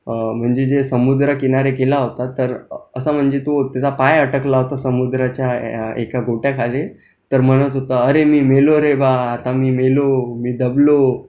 म्हणजे जे समुद्रकिनारी गेला होता तर असं म्हणजे तो त्याचा पाय अडकला होता समुद्राच्या एका गोट्याखाली तर म्हणत होता अरे मी मेलो रे बा आता मी मेलो मी दबलो